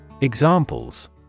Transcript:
Examples